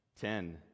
Ten